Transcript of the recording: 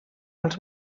als